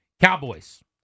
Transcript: Cowboys